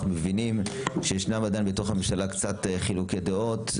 אנחנו מבינים שישנם עדיין קצת חילוקי דעות בתוך הממשלה,